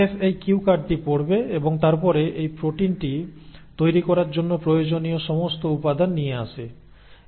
chef এই Q কার্ডটি পড়বে এবং তারপরে এই প্রোটিনটি তৈরি করার জন্য প্রয়োজনীয় সমস্ত উপাদান নিয়ে আসে